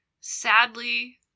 Sadly